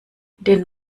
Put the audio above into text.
den